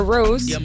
Rose